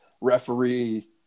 referee